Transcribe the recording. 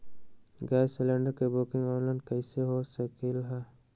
Gas cylinder के booking online कईसे हो सकलई ह?